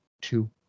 two